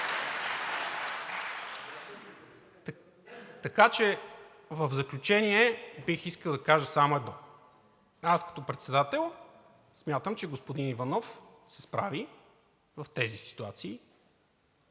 В заключение, бих искал да кажа само едно. Аз като председател смятам, че господин Иванов се справи в тези ситуации.